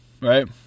right